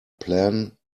plan